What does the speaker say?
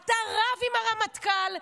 אתה רב עם הרמטכ"ל,